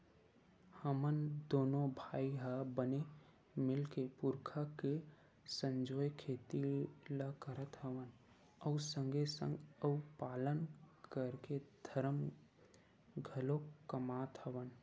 हमन दूनो भाई ह बने मिलके पुरखा के संजोए खेती ल करत हवन अउ संगे संग गउ पालन करके धरम घलोक कमात हवन